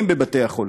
6822,